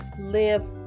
live